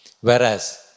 Whereas